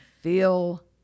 feel